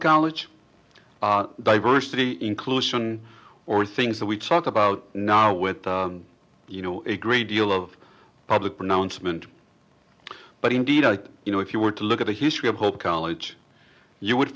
college diversity inclusion or things that we talk about now with you know a great deal of public pronouncement but indeed i you know if you were to look at the history of hope college you would